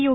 you